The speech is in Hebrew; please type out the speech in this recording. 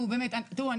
תראו,